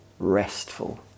restful